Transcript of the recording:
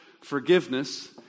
forgiveness